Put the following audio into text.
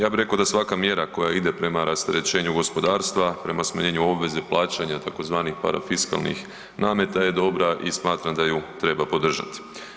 Ja bih rekao da svaka mjera koja ide prema rasterećenju gospodarstva, prema smanjenju obveze plaćanja tzv. parafiskalnih nameta je dobra i smatram da ju treba podržati.